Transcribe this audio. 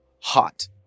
hot